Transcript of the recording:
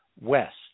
west